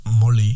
Molly